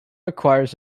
requires